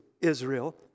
Israel